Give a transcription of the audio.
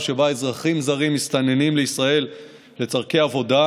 שאזרחים זרים מסתננים לישראל לצורכי עבודה,